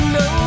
no